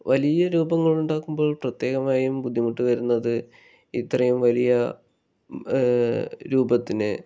വലിയ രൂപങ്ങളുണ്ടാക്കുമ്പോൾ പ്രത്യേകമായും ബുദ്ധിമുട്ട് വരുന്നത് ഇത്രയും വലിയ രൂപത്തിനെ